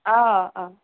অঁ অঁ